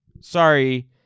sorry